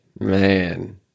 Man